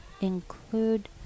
include